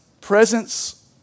presence